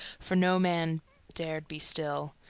for no man dared be still.